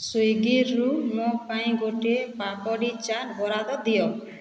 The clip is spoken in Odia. ସ୍ୱିଗିରୁ ମୋ ପାଇଁ ଗୋଟେ ପାପଡ଼ି ଚାଟ୍ ବରାଦ ଦିଅ